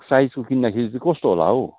साइजको किन्दाखेरि चाहिँ कस्तो होला हौ